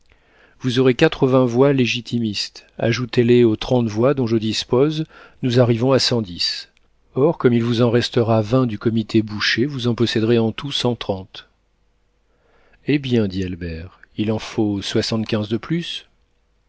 vous aurez quatre-vingts voix légitimistes ajoutez les aux trente voix dont je dispose nous arrivons à cent dix or comme il vous en restera vingt du comité boucher vous en posséderez en tout cent trente hé bien dit albert il en faut soixante-quinze de plus